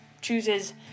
chooses